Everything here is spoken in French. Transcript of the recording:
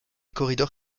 corridor